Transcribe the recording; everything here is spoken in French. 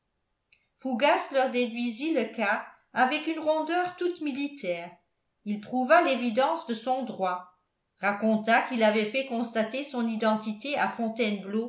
fougas leur déduisit le cas avec une rondeur toute militaire il prouva l'évidence de son droit raconta qu'il avait fait constater son identité à